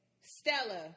Stella